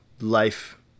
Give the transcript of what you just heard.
life